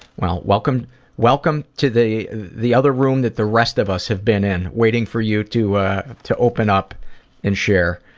well, welcome welcome to the the other room that the rest of us have been in, waiting for you to ah to open up and share.